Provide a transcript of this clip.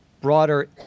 broader